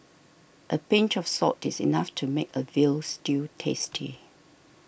a pinch of salt is enough to make a Veal Stew tasty